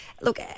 look